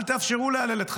אל תאפשרו להלל את חמאס,